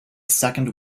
second